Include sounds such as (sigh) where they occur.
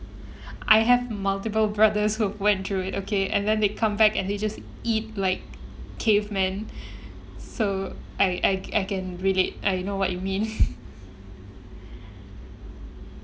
I have multiple brothers who went through it okay and then they come back and they just eat like caveman (breath) so I I I can relate I know what you mean (laughs)